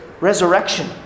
resurrection